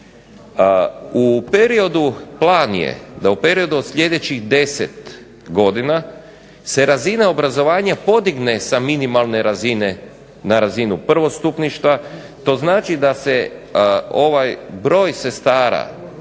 U periodu, plan je da u periodu od sljedećih 10 godina se razina obrazovanja podigne sa minimalne razine na razinu prvostupništva, to znači da se ovaj broj sestara